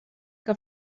que